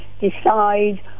decide